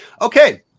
okay